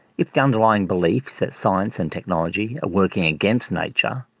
if the underlying beliefs that science and technology are working against nature,